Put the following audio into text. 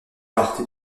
partie